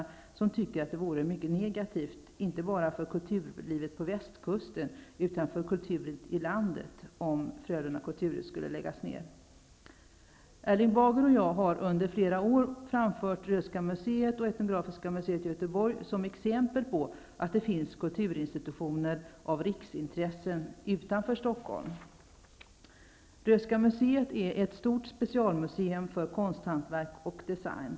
Av dessa framgår att det vore mycket negativt inte bara för kulturlivet på västkusten utan också för kulturen i övriga landet om Frölunda kulturhus lades ner. Erling Bager och jag har under flera år anfört Göteborg som exempel på kulturinstitutioner av riksintresse utanför Stockholm. Röhsska museet är ett stort specialmuseum för konsthantverk och design.